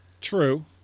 True